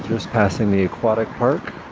just passing the aquatic park